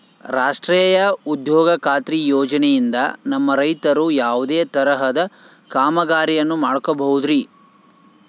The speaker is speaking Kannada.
ರಾಷ್ಟ್ರೇಯ ಉದ್ಯೋಗ ಖಾತ್ರಿ ಯೋಜನೆಯಿಂದ ನಮ್ಮ ರೈತರು ಯಾವುದೇ ತರಹದ ಕಾಮಗಾರಿಯನ್ನು ಮಾಡ್ಕೋಬಹುದ್ರಿ?